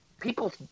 people